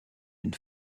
une